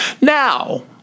Now